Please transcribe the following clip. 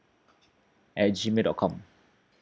at G mail dot com